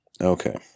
Okay